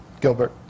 Gilbert